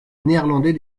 néerlandais